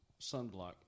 sunblock